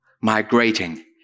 migrating